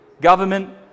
government